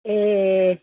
ए